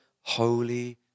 Holy